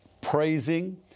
praising